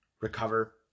recover